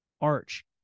Arch